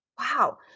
Wow